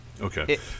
Okay